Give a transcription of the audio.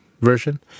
version